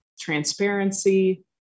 Transparency